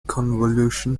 convolution